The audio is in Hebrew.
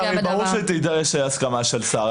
הרי ברור שתדע שיש הסכמה של שר.